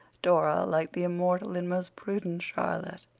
dora, like the immortal and most prudent charlotte,